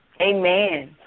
Amen